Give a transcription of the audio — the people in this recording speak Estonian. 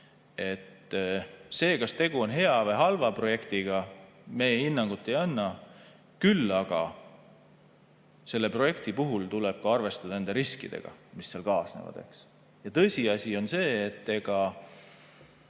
sellele, kas tegu on hea või halva projektiga, meie hinnangut ei anna, küll aga selle projekti puhul tuleb arvestada nende riskidega, mis kaasnevad. Tõsiasi on see, et ega